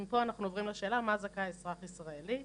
מפה אנחנו עוברים לשאלה למה זכאי אזרח ישראלי.